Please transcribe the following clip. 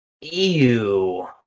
Ew